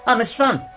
ah ms funn!